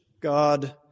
God